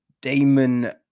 Damon